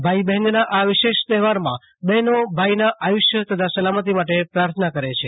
ભાઈ બહેનના આ વિશેષ તહેવારમાં બહેનો ભાઈના આયુ ષ્ય તથા સલામતી માટે પ્રાર્થના કરે છે